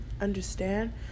understand